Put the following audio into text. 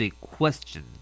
question